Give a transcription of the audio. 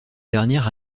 dernière